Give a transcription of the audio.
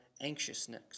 anxiousness